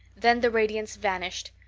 then the radiance vanished.